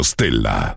Stella